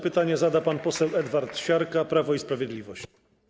Pytanie zada pan poseł Edward Siarka, Prawo i Sprawiedliwość.